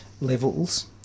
levels